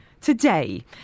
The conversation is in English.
today